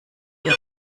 rote